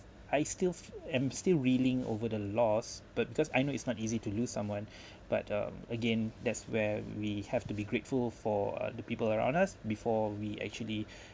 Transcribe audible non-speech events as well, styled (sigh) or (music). I still I'm still reeling over the lost but because I know it's not easy to lose someone (breath) but um again that's where we have to be grateful for uh the people around us before we actually (breath)